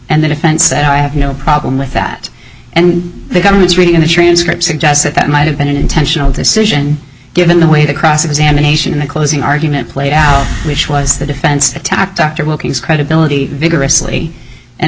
and the defense that i have no problem with that and the government's reading of the transcript suggests that that might have been an intentional decision given the way the cross examination in the closing argument played out which was the defense attacked dr wilkins credibility vigorously and